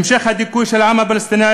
המשך הדיכוי של העם הפלסטיני.